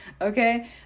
Okay